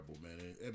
man